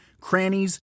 crannies